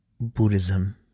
Buddhism